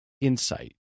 insight